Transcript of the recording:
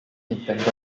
intended